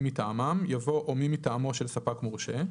מטעמם" יבוא "או מי מטעמו של ספק מורשה".